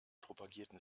propagierten